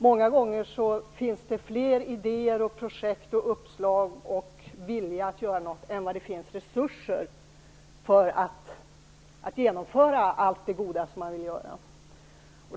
Många gånger finns det fler idéer, projekt, uppslag och vilja att göra någonting än vad det finns resurser för att genomföra allt det goda man vill göra.